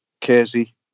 Casey